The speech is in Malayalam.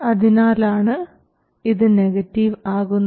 അതിനാലാണ് ഇത് നെഗറ്റീവ് ആകുന്നത്